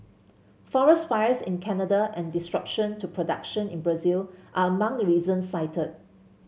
forest fires in Canada and disruption to production in Brazil are among the reasons cited